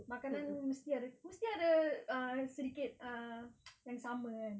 makanan mesti ada mesti ada ah sedikit ah yang sama kan